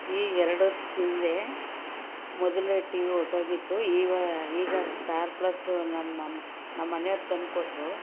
ಈಗ ಎರಡು ವರ್ಷದಿಂದೆ ಮೊದಲನೇ ಟಿವಿ ಹೊರ್ಟೋಗಿತ್ತು ಈವ ಈಗ ಸ್ಟಾರ್ ಪ್ಲಸ್ಸು ನನ್ನ ಮಮ್ ನಮ್ಮನೆಯವ್ರು ತಂದುಕೊಟ್ರು